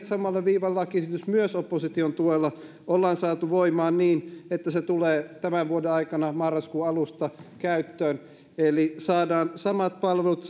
samalle viivalle lakiesitys myös opposition tuella ollaan saatu voimaan niin että se tulee tämän vuoden aikana marraskuun alusta käyttöön eli saadaan samat palvelut